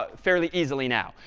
ah fairly easily now.